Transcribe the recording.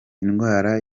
indwara